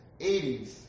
80s